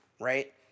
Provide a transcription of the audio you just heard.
right